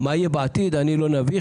מה יהיה בעתיד, אני לא נביא.